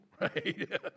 right